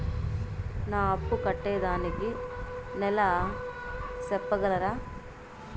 నా అప్పు కట్టేదానికి నెల సెప్పగలరా?